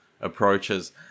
approaches